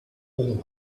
all